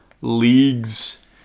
leagues